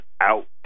out